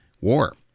War